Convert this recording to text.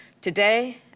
Today